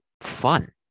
fun